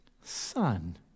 son